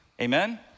Amen